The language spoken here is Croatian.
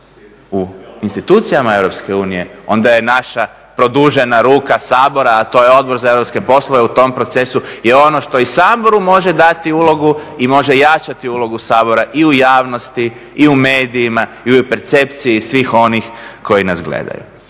u institucijama Europske unije onda je naša produžena ruka Sabora, a to je Odbor za europske poslove u tom procesu je ono što i Saboru može dati ulogu i može jačati ulogu Sabora i u javnosti i u medijima i u percepciji svih onih koji nas gledaju.